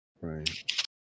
Right